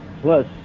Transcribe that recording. plus